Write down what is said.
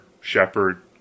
shepherd